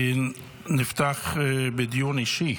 נפתח בדיון אישי.